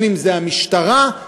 אם המשטרה,